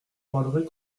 parlerai